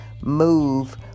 move